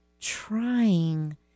trying